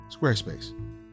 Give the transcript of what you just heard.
Squarespace